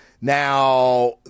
Now